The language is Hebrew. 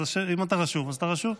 אז אם אתה רשום, אתה רשום.